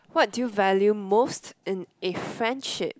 what do you value most in a friendship